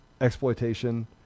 exploitation